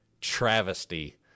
travesty